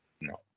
No